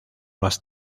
más